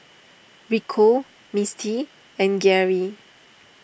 Rico Misti and Geary